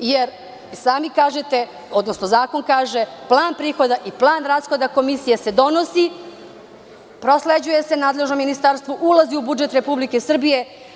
I sami kažete, odnosno zakon kaže – plan prihoda i plan rashoda komisije se donosi i prosleđuje se nadležnom ministarstvu, ulazi u budžet Republike Srbije.